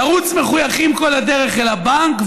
לרוץ מחויכים כל הדרך אל הבנק,